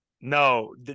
No